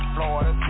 Florida